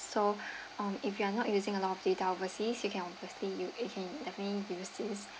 so um if you are not using a lot of data overseas you can obviously u~ you can definitely use this